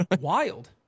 wild